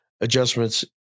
adjustments